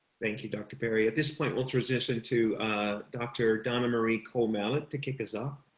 thank you, dr. barry at this point we'll transition to dr. donna marie comella to kick us off.